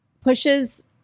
pushes